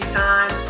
time